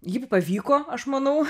ji pavyko aš manau